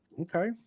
Okay